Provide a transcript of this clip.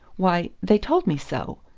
why, they told me so.